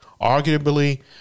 Arguably